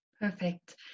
Perfect